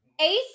Ace